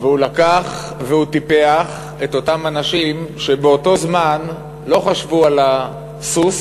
והוא טיפח את אותם אנשים שבאותו זמן לא חשבו על הסוס